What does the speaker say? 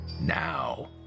Now